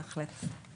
בהחלט.